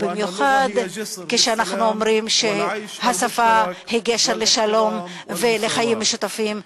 ובמיוחד כשאנחנו אומרים שהשפה היא גשר לשלום ולחיים משותפים,